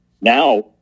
now